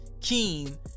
keen